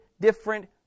different